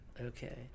Okay